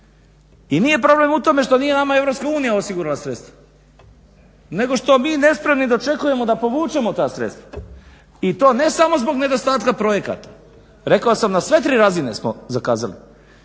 I nije problem u tome što nije nama EU osigurala sredstva nego što mi nespremni dočekujemo da povučemo ta sredstva i to ne samo zbog nedostatka projekata, rekao sam na sve tri razine smo zakazali.